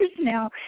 now